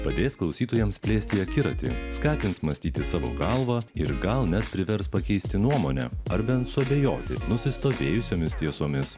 padės klausytojams plėsti akiratį skatins mąstyti savo galva ir gal net privers pakeisti nuomonę ar bent suabejoti nusistovėjusiomis tiesomis